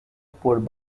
por